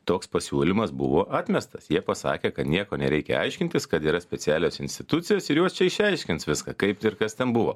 toks pasiūlymas buvo atmestas jie pasakė kad nieko nereikia aiškintis kad yra specialios institucijos ir jos čia išaiškins viską kaip ir kas ten buvo